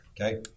okay